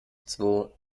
zwo